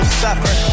suffer